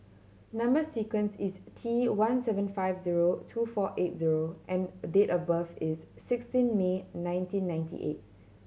number sequence is T one seven five zero two four eight zero and date of birth is sixteen May nineteen ninety eight